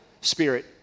spirit